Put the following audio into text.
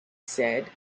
said